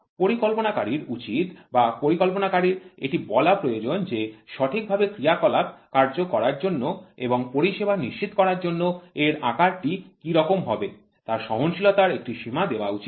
পরিকল্পনাকারীর উচিত বা পরিকল্পনাকারীর এটি বলা প্রয়োজন যে ঠিকভাবে ক্রিয়া কলাপ কার্য করার জন্য এবং পরিষেবা নিশ্চিত করার জন্য এর আকার টি কি রকম হবে তার সহনশীলতা র একটি সীমা দেওয়া উচিত